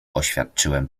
oświadczyłem